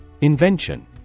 Invention